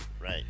right